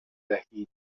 دهید